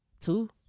Two